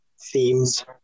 Themes